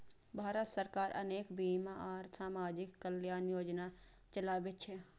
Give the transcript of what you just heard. भारत सरकार अनेक बीमा आ सामाजिक कल्याण योजना चलाबै छै